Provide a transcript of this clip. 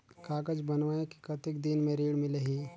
कागज बनवाय के कतेक दिन मे ऋण मिलही?